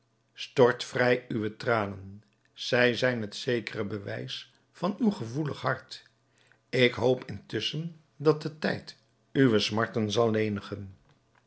stort vrij uwe tranen zij zijn het zekere bewijs van uw gevoelig hart ik hoop intusschen dat de tijd uwe smarten zal lenigen